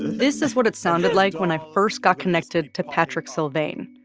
this is what it sounded like when i first got connected to patrick sylvain.